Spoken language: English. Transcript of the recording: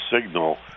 signal